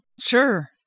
Sure